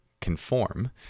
conform